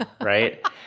right